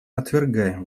отвергаем